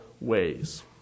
ways